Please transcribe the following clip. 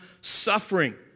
suffering